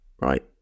right